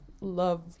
love